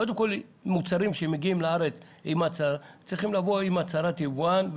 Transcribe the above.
קודם כול מוצרים שמגיעים לארץ צריכים לבוא עם הצהרת יבואן,